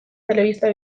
telebista